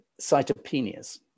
cytopenias